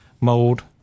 Mold